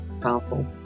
powerful